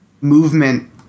movement